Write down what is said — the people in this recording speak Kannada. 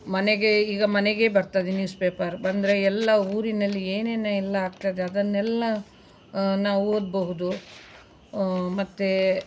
ಮನೆಗೆ ಈಗ ಮನೆಗೆ ಬರ್ತದೆ ನ್ಯೂಸ್ ಪೇಪರ್ ಬಂದರೆ ಎಲ್ಲ ಊರಿನಲ್ಲಿ ಏನೇನು ಎಲ್ಲ ಆಗ್ತದೆ ಅದನ್ನೆಲ್ಲ ನಾವು ಓದಬಹುದು ಮತ್ತೆ